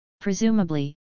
Presumably